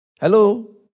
Hello